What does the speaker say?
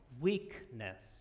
weakness